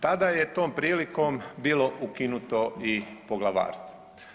Tada je tom prilikom bilo ukinuto i poglavarstvo.